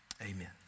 Amen